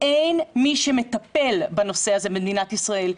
אין מי שמטפל בנושא הזה במדינת ישראל.